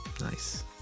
Nice